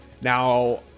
now